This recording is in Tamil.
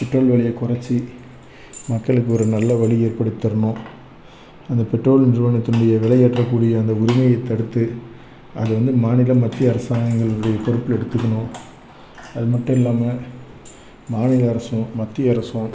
பெட்ரோல் விலையை குறச்சி மக்களுக்கு ஒரு நல்ல வழி ஏற்படுத்தி தரணும் அந்த பெட்ரோல் நிறுவனத்தினுடைய விலை ஏற்றக்கூடிய அந்த உரிமையை தடுத்து அது வந்து மாநிலம் மத்திய அரசாங்கங்களுடைய பொறுப்பில் எடுத்துக்கணும் அது மட்டும் இல்லாமல் மாநில அரசும் மத்திய அரசும்